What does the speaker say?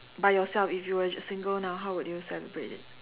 by yourself if you were single now how would you celebrate it